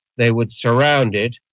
they would surround it,